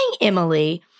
Emily